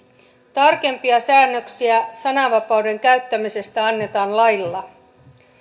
tarkempia säännöksiä sananvapauden käyttämisestä annetaan lailla